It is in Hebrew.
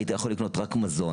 היית יכול לקנות רק מזון.